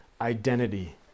identity